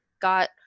got